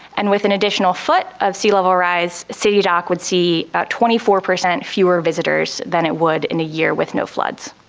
and with an additional foot of sea level rise, city dock would see about twenty four percent fewer visitors than it would in a year with no floods.